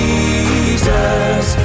Jesus